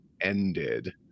ended